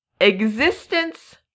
existence